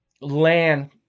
land